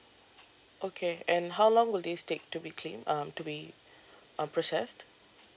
okay and how long will this take to be claimed um to be um processed